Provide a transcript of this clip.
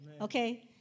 Okay